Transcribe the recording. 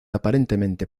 aparentemente